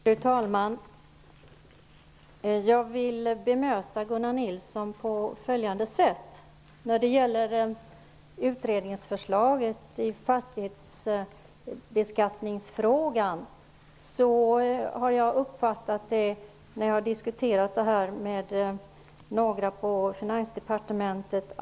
Fru talman! Jag vill bemöta Gunnar Nilsson på följande sätt. Jag har diskuterat utredningens förslag till fastighetsbeskattning med några personer på Finansdepartementet.